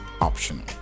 optional